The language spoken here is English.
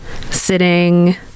sitting